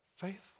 faithful